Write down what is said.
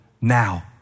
now